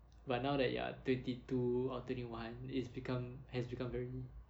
but now that you are twenty two or twenty one is become has become very